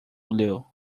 blew